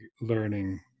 learning